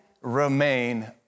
remain